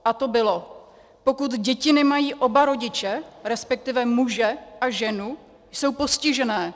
A to bylo pokud děti nemají oba rodiče, resp. muže a ženu, jsou postižené.